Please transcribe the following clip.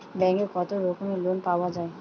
ব্যাঙ্কে কত রকমের লোন পাওয়া য়ায়?